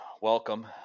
Welcome